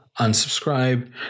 unsubscribe